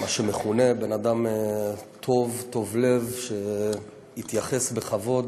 מה שמכונה, בן אדם טוב, טוב לב, שהתייחס בכבוד